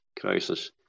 crisis